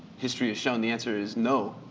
history's shown the answer is no.